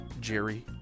Jerry